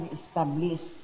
establish